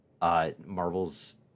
Marvel's